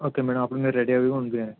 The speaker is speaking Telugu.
ఓకే మ్యాడమ్ అప్పుడు మీరు రెడీగా ఉండండి